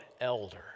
elder